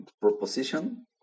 proposition